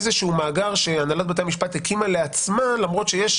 איזשהו מאגר שהנהלת בתי המשפט הקימה לעצמה למרות שיש